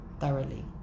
thoroughly